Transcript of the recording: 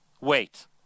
Wait